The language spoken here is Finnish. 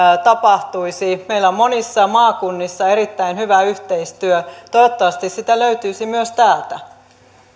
tapahtuisi meillä on monissa maakunnissa erittäin hyvä yhteistyö toivottavasti sitä löytyisi myös täältä